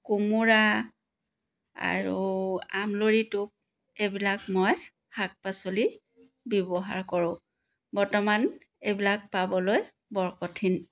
কোমোৰা আৰু আমলৰি টোপ এইবিলাক মই শাক পাচলি ব্যৱহাৰ কৰোঁ বৰ্তমান এইবিলাক পাবলৈ বৰ কঠিন